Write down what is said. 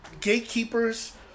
gatekeepers